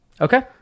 okay